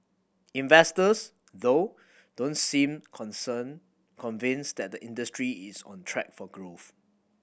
investors though don't seem concern convinced that the industry is on track for growth